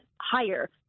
higher